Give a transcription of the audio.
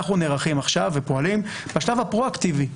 אנחנו נערכים עכשיו ופועלים בשלב הפרואקטיבי.